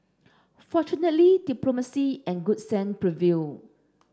fortunately diplomacy and good sense prevailed